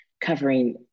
covering